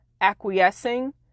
acquiescing